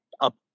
up